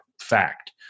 fact